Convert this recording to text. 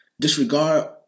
disregard